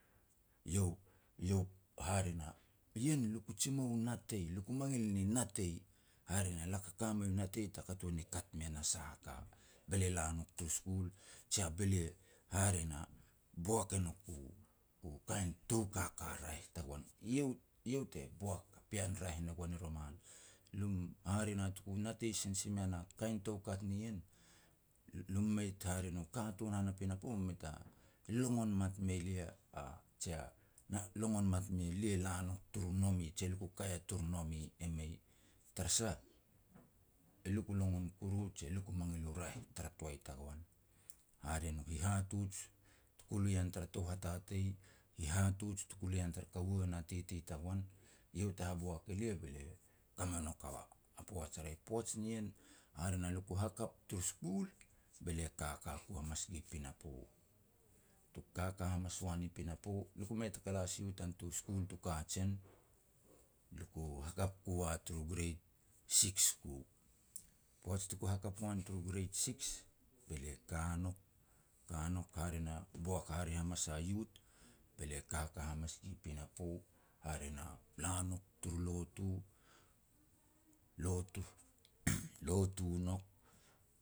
Iau, iau, hare na, ien le ku jimou u natei leku mangil ni natei. Hare ne laka ka mei u natei taka tuan ni kat mean a sah a ka. Be lia la nouk turu school, je be lia, hare na, boak e nouk u-u kain tou kaka raeh tagoan. Iau-iau te boak pean raeh ne goan i roman. Lum hare na tuku natei sin si mean a kain toukat nien, lum mei, hare no katun han a pinapo mei ta longon mat me lia, je na longon mat me lia la nouk turu nome je luku kai a turu nome, e mei. Tara sah e luku longon kuru, je luku mangil u raeh tara toai tagoan. Hare nu hihatuj tuku lui an tara tou hatatei, hihatuj tuku lu yan tara kaua na titi tagoan, iau te haboak elia be lia ka me nouk a-a poaj a raeh. Poaj nien, hare na lia ku hakap turu skul, be lia kaka ku hamas gui pinapo. Tuk kaka hamas uan i piniapo, lia ku mei taka la si u tan tu skul tu kajen, luku hakap ku a turu grade six ku. Poaj tuku hakap uan turu grade six, be lia ka nouk, ka nouk, hare na boak hare hamas a youth, be lia kaka hamas gi pinapo. Hare na, la nouk turu lotu, lotu lotu nouk